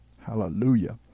Hallelujah